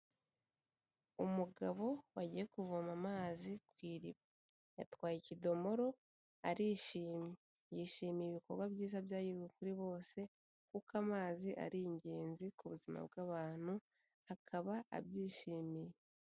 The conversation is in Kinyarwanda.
Umugabo wagiye kuvoma amazi ku iriba. Yatwaye ikidomoro, arishimye. Yishimiye ibikorwa byiza byageze kuri bose kuko amazi ari ingenzi ku buzima bw'abantu, akaba abyishimiye.